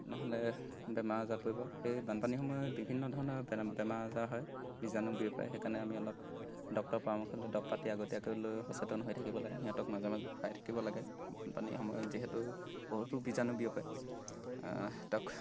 নহ'লে বেমাৰ আজাৰত পৰিব সেই বানপানীৰ সময়ত বিভিন্ন ধৰণৰ বে বেমাৰ আজাৰ হয় বীজাণু বিয়পে সেইকাৰণে আমি অলপ ডক্তৰ পৰামৰ্শ লৈ দৰৱ পাতি আগতীয়াকৈ লৈ সচেতন হৈ থাকিব লাগে সিহঁতক মাজে মাজে খুৱাই থাকিব লাগে বানপানীৰ সময়ত যিহেতু বহুতো বীজাণু বিয়পে তক